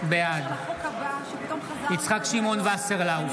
בעד יצחק שמעון וסרלאוף,